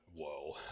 whoa